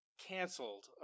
canceled